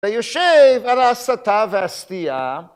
ביושב על ההסטה והסטייה